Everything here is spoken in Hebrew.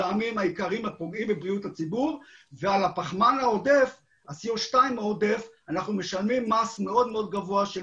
על הפחמן העודף אנחנו משלמים מס מאוד גבוה של